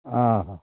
हँ हँ